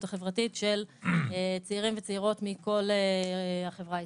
החברתית של צעירים וצעירות מכל החברה הישראלית.